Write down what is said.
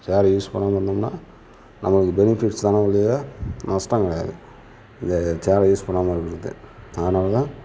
சேரை யூஸ் பண்ணாமல் இருந்தோம்னால் நமக்கு பெனிஃபிட்ஸ் தான ஒழிய நஷ்டம் கிடையாது இது சேரை யூஸ் பண்ணாமல் இருக்கிறது அதனால தான்